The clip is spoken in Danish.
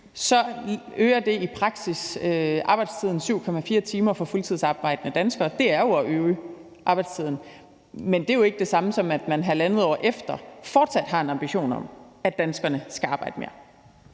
øger det i praksis arbejdstiden 7,4 timer for fuldtidsarbejdende danskere, og det er jo at øge arbejdstiden, men det er jo ikke det samme, som at man halvandet år efter fortsat har en ambition om, at danskerne skal arbejde mere.